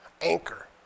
anchor